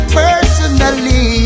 personally